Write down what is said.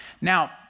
Now